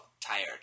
tired